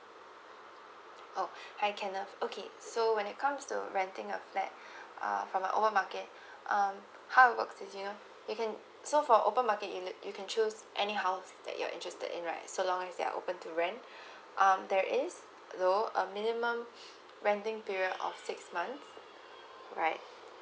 oh I can uh okay so when it comes so renting a flat uh from the open market um how it works if you know you can so for open market you can choose any house that you're interested in right so as long as they're open to rent um there is so um minimum renting period of six month right